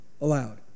allowed